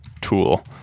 tool